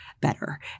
better